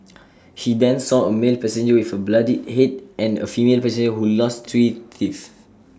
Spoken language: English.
she then saw A male passenger with A bloodied Head and A female passenger who lost three teeth